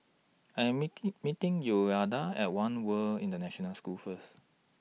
I'm meeting Yolonda At one World International School First